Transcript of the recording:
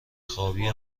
خوابی